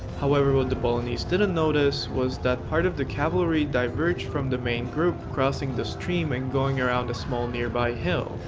however what the bolognese didn't notice, was that part of the cavalry diverged from the main group crossing the stream and going around a small nearby hill.